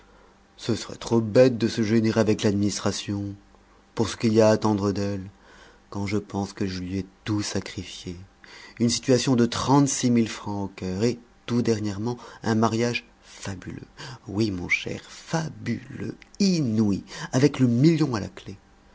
ce serait trop bête de se gêner avec l'administration pour ce qu'il y a à attendre d'elle quand je pense que je lui ai tout sacrifié une situation de trente-six mille francs au caire et tout dernièrement un mariage fabuleux oui mon cher fabuleux inouï avec le million à la clé